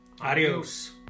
adios